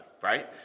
right